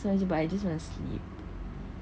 so it's just but I just want to sleep